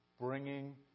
bringing